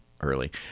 early